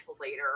later